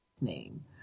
name